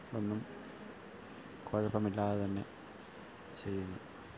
ഒന്നും കുഴപ്പമില്ലാതെതന്നെ ചെയ്യുന്നു